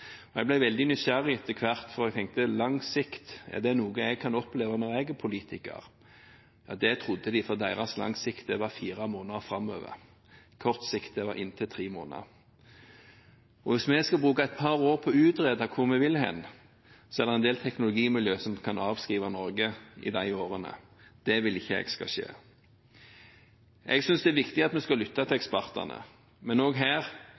planer. Jeg ble veldig nysgjerrig etter hvert, for jeg tenkte: «Lang sikt», er det noe jeg kan oppleve når jeg er politiker? Det trodde de, for deres «lang sikt» var fire måneder framover. «Kort sikt» var inntil tre måneder. Hvis vi skulle bruke et par år på å utrede hvor vi vil, er det en del teknologimiljøer som kan avskrive Norge i de årene. Det vil ikke jeg skal skje. Jeg synes det er viktig at vi lytter til ekspertene. Men også her mener jeg vi skal